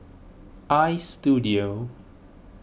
Istudio